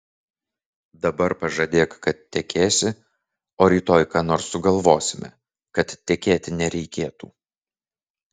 dabar pažadėk kad tekėsi o rytoj ką nors sugalvosime kad tekėti nereikėtų